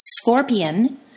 scorpion